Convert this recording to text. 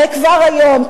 הרי כבר היום,